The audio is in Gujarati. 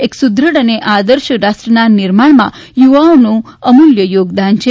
એક સુદ્રઢ અને આદર્શ રાષ્ટ્રના નિર્માણમાં યુવાઓનું અમૂલ્ય યોગદાન છે